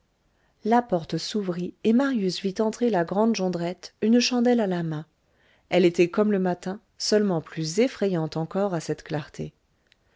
la porte s'ouvrit et marius vit entrer la grande jondrette une chandelle à la main elle était comme le matin seulement plus effrayante encore à cette clarté